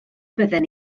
bydden